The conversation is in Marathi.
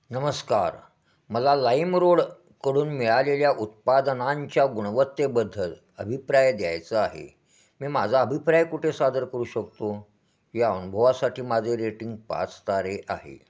नमस्कार मला लाईमरोडकडून मिळालेल्या उत्पादनांच्या गुणवत्तेबद्दल अभिप्राय द्यायचा आहे मी माझा अभिप्राय कुठे सादर करू शकतो या अनुभवासाठी माझे रेटिंग पाच तारे आहे